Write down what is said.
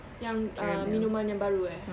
yang uh miniman yang baru eh